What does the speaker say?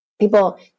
People